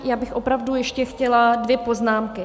Já bych opravdu ještě chtěla dvě poznámky.